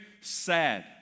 sad